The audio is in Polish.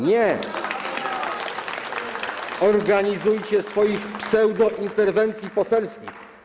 Nie organizujcie swoich pseudointerwencji poselskich.